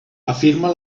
afirma